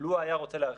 לו היה רוצה להרחיב,